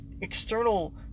external